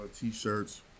T-shirts